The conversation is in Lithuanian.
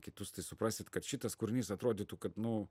kitus tai suprasit kad šitas kūrinys atrodytų kad nu